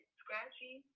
scratchy